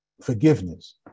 Forgiveness